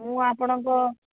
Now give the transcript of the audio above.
ମୁଁ ଆପଣଙ୍କ